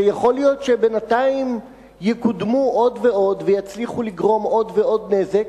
שיכול להיות שבינתיים יקודמו עוד ועוד ויצליחו לגרום עוד ועוד נזק,